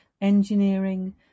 engineering